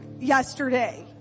yesterday